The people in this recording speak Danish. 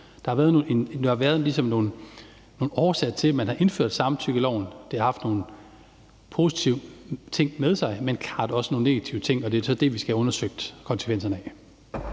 ligesom været nogle årsager til, at man har indført samtykkeloven. Det har haft nogle positive ting med sig, men klart også nogle negative ting, og det er så det, vi skal have undersøgt konsekvenserne af.